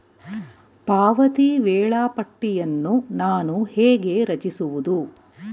ಪಾವತಿ ವೇಳಾಪಟ್ಟಿಯನ್ನು ನಾನು ಹೇಗೆ ರಚಿಸುವುದು?